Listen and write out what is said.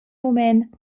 mument